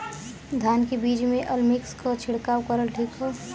धान के बिज में अलमिक्स क छिड़काव करल ठीक ह?